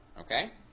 Okay